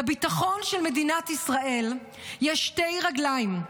לביטחון של מדינת ישראל יש שתי רגליים: